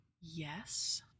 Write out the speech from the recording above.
Yes